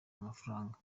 amafaranga